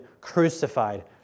crucified